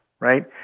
Right